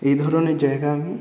এই ধরণের জায়গা আমি